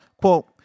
Quote